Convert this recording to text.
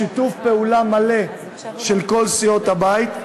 בשיתוף פעולה מלא של כל סיעות הבית,